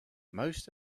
most